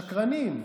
שקרנים.